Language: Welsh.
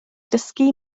dysgu